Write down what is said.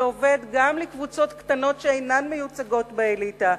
שעובד גם בשביל קבוצות קטנות שאינן מיוצגות באליטה,